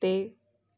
ਤੇ